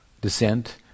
descent